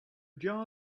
jar